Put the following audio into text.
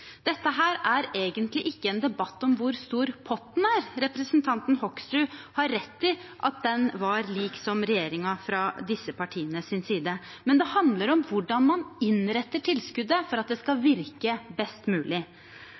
Dette er egentlig ikke en debatt om hvor stor potten er – representanten Hoksrud har rett i at den var lik regjeringens fra disse partienes side – det handler om hvordan man innretter tilskuddet for at det skal virke best mulig.